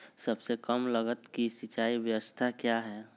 सबसे कम लगत की सिंचाई ब्यास्ता क्या है?